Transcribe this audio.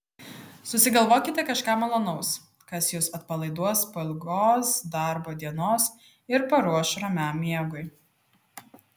susigalvokite kažką malonaus kas jus atpalaiduos po ilgos darbo dienos ir paruoš ramiam miegui